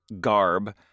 garb